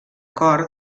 cor